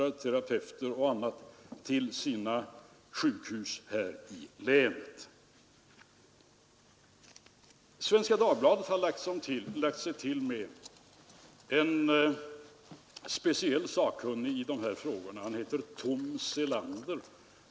Avtalet med EEC träffades i juli månad i fjol och tvingade oss till ganska kraftiga nedjusteringar av tullinkomsterna.